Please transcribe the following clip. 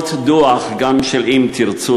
מהדוח של "אם תרצו",